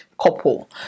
couple